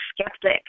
skeptic